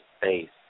space